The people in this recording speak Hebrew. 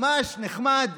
ממש נחמד.